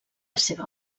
seva